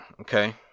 okay